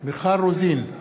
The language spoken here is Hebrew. מיכל רוזין,